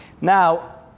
Now